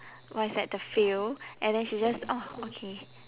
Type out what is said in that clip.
what is that the field and then she just ah okay